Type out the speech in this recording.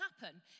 happen